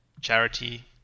charity